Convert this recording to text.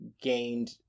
gained